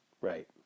Right